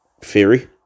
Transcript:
theory